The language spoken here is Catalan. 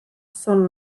són